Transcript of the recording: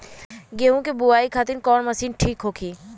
गेहूँ के बुआई खातिन कवन मशीन ठीक होखि?